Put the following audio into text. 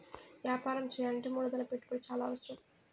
వ్యాపారం చేయాలంటే మూలధన పెట్టుబడి చాలా అవసరం